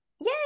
Yay